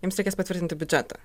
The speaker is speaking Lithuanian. jiems reikės patvirtinti biudžetą